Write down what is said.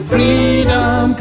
Freedom